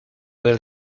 del